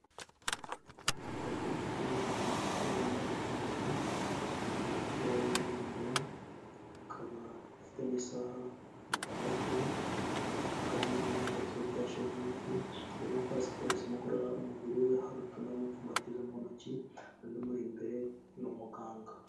Umugabo ugeze mu za bukuru wambaye ipantaro, umupira w'umweru, akaba afite n'isaha mu kuboko, ubwanwa n'umusatsi we byajemo imvi, arimo gukora siporo zimugorora umubiri we, har’utuntu ari gupfumbatiza mu ntoki, undi umur’imbere n’umuganga.